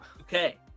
okay